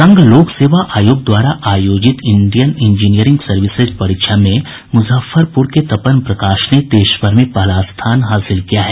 संघ लोक सेवा आयोग द्वारा आयोजित इंडियन इंजीनियरिंग सर्विसेज परीक्षा में मुजफ्फरपुर के तपन प्रकाश ने देश भर में पहला स्थान हासिल किया है